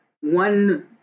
one